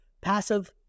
passive